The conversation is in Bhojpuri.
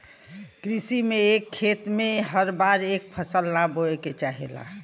कृषि में एक खेत में हर बार एक फसल ना बोये के चाहेला